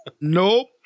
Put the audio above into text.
Nope